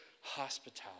hospitality